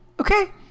Okay